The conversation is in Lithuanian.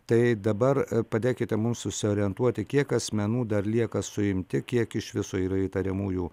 tai dabar padėkite mums susiorientuoti kiek asmenų dar lieka suimti kiek iš viso yra įtariamųjų